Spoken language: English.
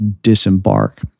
disembark